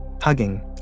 hugging